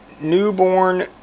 newborn